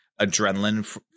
adrenaline